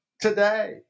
today